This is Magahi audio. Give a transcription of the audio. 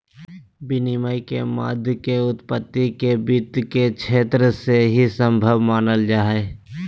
विनिमय के माध्यमों के उत्पत्ति के वित्त के क्षेत्र से ही सम्भव मानल जा हइ